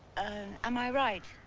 am i right?